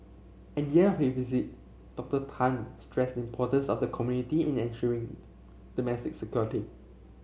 at the end of his visit Doctor Tan stressed the importance of the community in ensuring domestic security